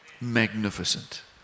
Magnificent